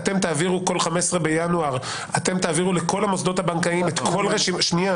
אתם בכל 15 בינואר תעבירו לכל המוסדות הבנקאים את כל רשימת